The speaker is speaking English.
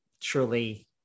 truly